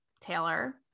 taylor